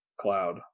cloud